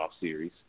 series